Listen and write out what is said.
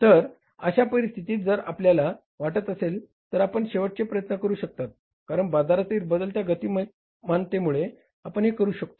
तर अशा परिस्थितीत जर आपल्याला वाटत असेल तर आपण शेवटचे प्रयत्न करू शकतात कारण बाजारातील बदलत्या गतिमानतेमुळे आपण हे करू शकतो